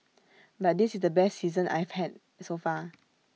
but this is the best season I have had so far